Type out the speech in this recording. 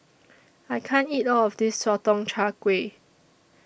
I can't eat All of This Sotong Char Kway